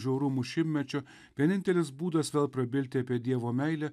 žiaurumų šimtmečio vienintelis būdas vėl prabilti apie dievo meilę